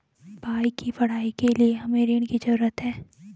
भाई की पढ़ाई के लिए हमे ऋण की जरूरत है